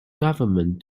government